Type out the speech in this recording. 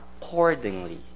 accordingly